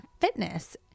fitness